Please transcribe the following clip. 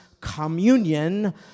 communion